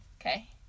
Okay